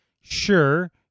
sure